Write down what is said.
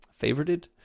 favorited